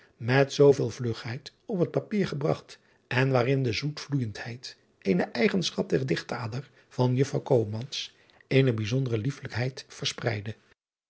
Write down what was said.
met zooveel vlugheid op het papier gebragt en waarin de zoetvloeijendheid eene eigenschap der dichtader van uffrouw eene bijzondere liefelijkheid verspridde